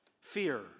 Fear